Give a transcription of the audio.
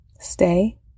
stay